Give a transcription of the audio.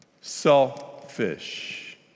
selfish